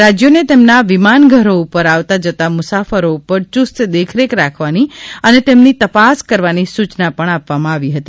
રાજ્યોને તેમના વિમાનઘરો ઉપર આવતા જતાં મુસાફરો ઉપર યુસ્ત દેખરેખ રાખવાની અને તેમની તપાસ કરવાની સુચના પણ આપવામાં આવી હતી